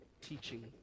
teaching